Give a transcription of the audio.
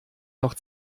noch